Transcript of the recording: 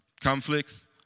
conflicts